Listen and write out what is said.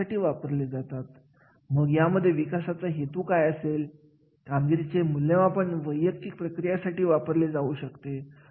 तिथे असणारी जबाबदारी हाताळण्यासाठी जाणीव करण्यासाठी कार्याची जटिल का समजून घेण्यासाठी प्रशिक्षण देण्यात यावे